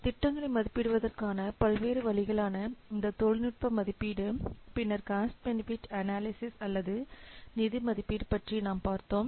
திட்டங்களை மதிப்பிடுவதற்கான பல்வேறு வழிகளான இந்த தொழில்நுட்ப மதிப்பீடு பின்னர் காஸ்ட் பெனிஃபிட் அனலைசிஸ் அல்லது நிதி மதிப்பீடு பற்றி நாம் பார்த்தோம்